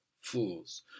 fools